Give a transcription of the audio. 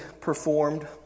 performed